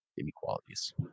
inequalities